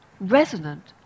resonant